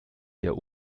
der